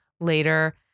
later